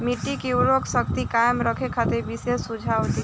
मिट्टी के उर्वरा शक्ति कायम रखे खातिर विशेष सुझाव दी?